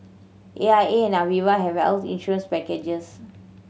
A I A and Aviva have health insurance packages